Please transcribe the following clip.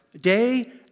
day